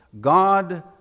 God